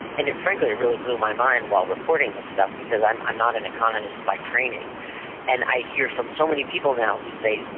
and it frankly really blew my mind while reporting this stuff because i'm i'm not an economist by training and i hear from so many people now who say,